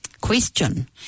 question